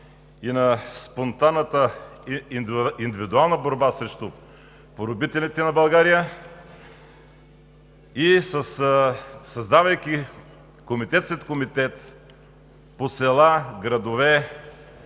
и на спонтанната индивидуална борба срещу поробителите на България и създавайки комитет след комитет по селата и градовете